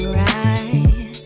right